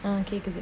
ah okay